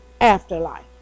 afterlife